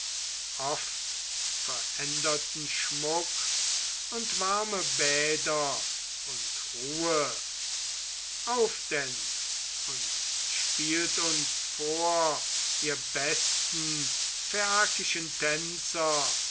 oft veränderten schmuck und warme bäder und ruhe auf denn und spielt vor uns ihr besten phaiakischen tänzer